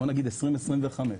נגיד 2025,